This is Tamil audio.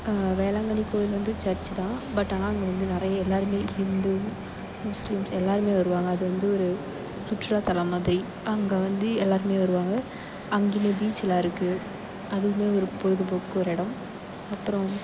வேளாங்கண்ணி கோயில் வந்து சர்ச் தான் பட் ஆனால் அங்கே வந்து நிறைய எல்லாேருமே ஹிந்து முஸ்லிம்ஸ் எல்லாேருமே வருவாங்க அது வந்து ஒரு சுற்றுலாத்தலம் மாதிரி அங்கே வந்து எல்லாேருமே வருவாங்க அங்கேயுமே பீச்செல்லாம் இருக்குது அதுவுமே ஒரு பொழுதுபோக்கு ஒரு இடம் அப்புறோம்